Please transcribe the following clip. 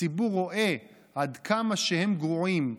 הציבור רואה עד כמה הם גרועים,